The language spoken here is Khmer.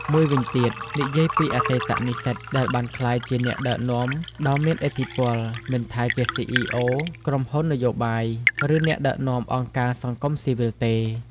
មួយវិញទៀត និយាយពីអតីតនិស្សិតដែលបានក្លាយជាអ្នកដឹកនាំដ៏មានឥទ្ធិពល មិនថាជា CEO ក្រុមហ៊ុននយោបាយ ឬអ្នកដឹកនាំអង្គការសង្គមស៊ីវិលទេ។